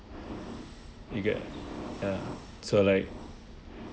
you get ya so like